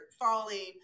falling